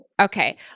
Okay